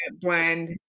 blend